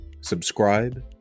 subscribe